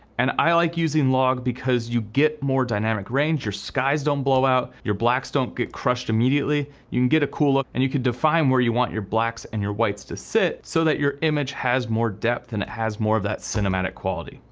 and i like using log because you get more dynamic range, your skies don't blow out your black don't get crushed immediately. you can get a cool look, and you can define where you want your blacks and your whites to sit so that your image has more depth and it has more of that cinematic quality.